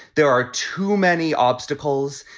there are too many obstacles.